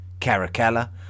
Caracalla